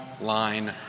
line